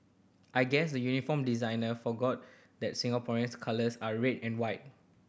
I guess the uniform designer forgot that Singapore's colours are red and white